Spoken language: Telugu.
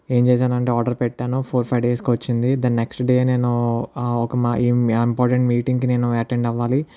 ఏం చేసానంటే ఆర్డర్ పెట్టాను ఫోర్ ఫైవ్ డేస్ కి వచ్చింది దాని నెక్స్ట్ డే నేను ఒక్క ఇంపార్టెంట్ మీటింగ్ కి నేను అటెండ్ అవ్వాలి